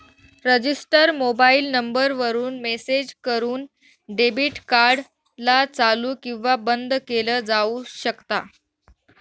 register mobile number वरून message करून debit card ला चालू किंवा बंद केलं जाऊ शकता